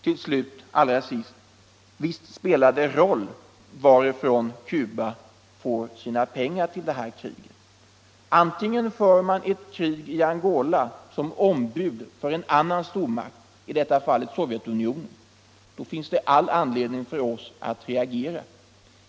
Allra sist vill jag säga: Visst spelar det en roll varifrån Cuba får sina pengar till kriget. Om Cuba för ett krig i Angola som ombud för en stormakt — i detta fall Sovjetunionen — då finns det all anledning för oss att reagera.